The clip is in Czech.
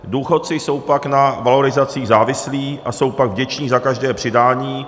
Důchodci jsou pak na valorizaci závislí a jsou pak vděční za každé přidání.